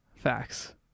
facts